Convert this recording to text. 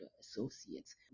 Associates